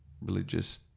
religious